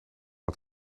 het